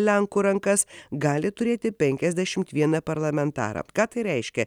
lenkų rankas gali turėti penkiasdešimt vieną parlamentarą ką tai reiškia